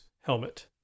helmet